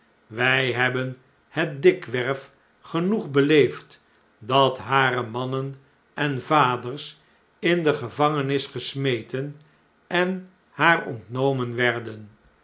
wij hebben net dikwerf genoeg beleefd dat hare mannen en vadersin de gevangenis gesmeten en haar ontnomen werden